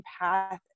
path